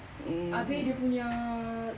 abeh dia punya